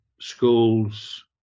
schools